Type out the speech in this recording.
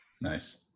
nice